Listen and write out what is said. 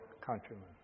countrymen